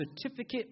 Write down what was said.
certificate